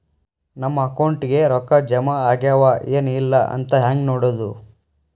ನಮ್ಮ ಅಕೌಂಟಿಗೆ ರೊಕ್ಕ ಜಮಾ ಆಗ್ಯಾವ ಏನ್ ಇಲ್ಲ ಅಂತ ಹೆಂಗ್ ನೋಡೋದು?